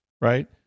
right